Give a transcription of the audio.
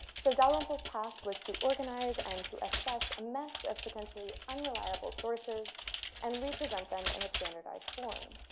so dalrymple's task was to organize and to assess a mess of potentially unreliable sources and represent them in a standardized form.